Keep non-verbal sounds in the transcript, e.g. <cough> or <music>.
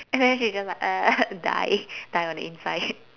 and then she's just like <noise> die die only sigh